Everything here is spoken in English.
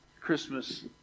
Christmas